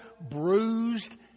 bruised